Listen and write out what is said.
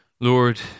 Lord